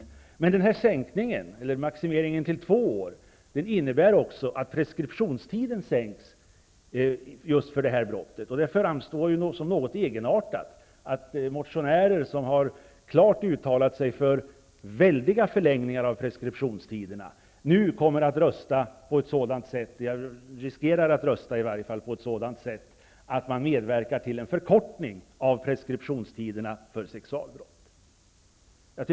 Den här maximeringen till två år innebär också att preskriptionstiden för detta brott sänks. Det framstår som något egenartat att motionärer som klart har uttalat sig för väldiga förlängningar av preskriptionstiderna nu riskerar att rösta på ett sådant sätt att man medverkar till en förkortning av preskriptionstiderna för sexualbrott.